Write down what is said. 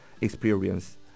experience